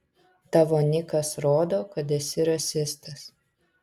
tavo nikas rodo kad esi rasistas